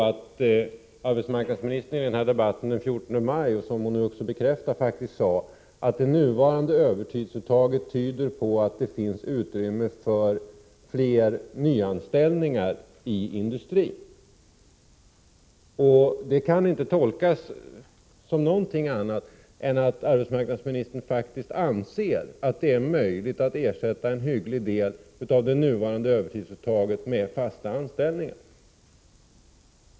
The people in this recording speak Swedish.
Arbetsmarknadsministern sade faktiskt i debatten den 14 maj, vilket hon nu också bekräftat, att det nuvarande övertidsuttaget tyder på att det finns utrymme för fler nyanställningar i industrin. Det kan inte tolkas som något annat än att arbetsmarknadsministern faktiskt anser att det är möjligt att ersätta en hygglig del av det nuvarande övertidsuttaget med fasta anställningar.